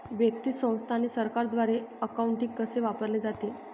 व्यक्ती, संस्था आणि सरकारद्वारे अकाउंटिंग कसे वापरले जाते